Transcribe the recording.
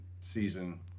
season